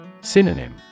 Synonym